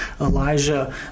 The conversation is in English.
Elijah